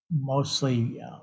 mostly